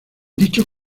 dichos